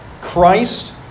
Christ